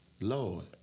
Lord